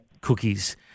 cookies